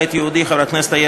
חבר הכנסת רועי פולקמן,